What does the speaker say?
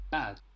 Bad